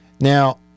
Now